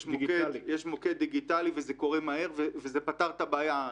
יש מוקד דיגיטלי וזה קורה מהר וזה פתר את הבעיה.